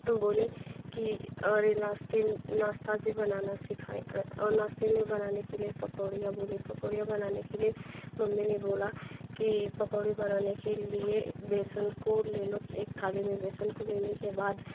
वो बोली की और ये नास्ते नास्ता भी बनाना सिखाएं और नास्ते में बनाने के लिए पकौड़ियाँ बोले पकौड़ियाँ बनाने के लिए मम्मी ने बोला की पकौड़ी बनाने के लिए बेसन को ले लो एक थाली में बेसन को लेने के बाद